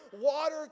water